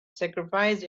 sacrificed